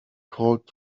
called